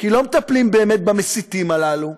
כי לא מטפלים באמת במסיתים הללו.